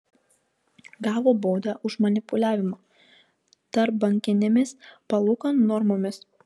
gavo baudą už manipuliavimą tarpbankinėmis palūkanų normomis